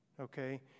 Okay